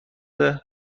فرموش